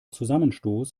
zusammenstoß